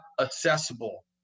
accessible